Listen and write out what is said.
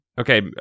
Okay